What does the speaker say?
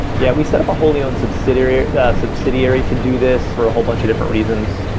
yeah, we set up a wholly owned subsidiary subsidiary to do this for a whole bunch of different reasons.